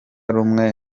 rumwe